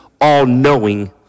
all-knowing